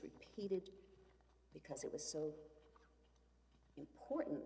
repeated because it was so important